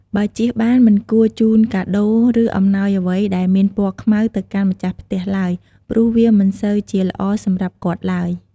បើជៀសបានមិនគួរជូនកាដូរ ឬអំណោយអ្វីដែលមានពណ៏ខ្មៅទៅកាន់ម្ចាស់ផ្ទះឡើយព្រោះវាមិនសូវជាល្អសម្រាប់គាត់ឡើយ។